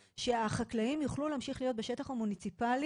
שהחקלאים יוכלו להמשיך להיות בשטח המוניציפלי